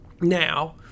now